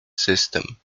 system